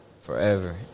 forever